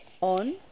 on